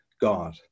God